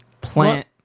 plant